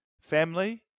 family